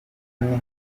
niho